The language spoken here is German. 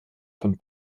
von